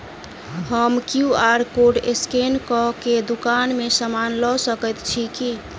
हम QR code scan कऽ केँ दुकान मे समान लऽ सकैत छी की?